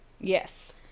Yes